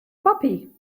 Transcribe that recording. puppy